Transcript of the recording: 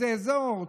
באיזה אזור,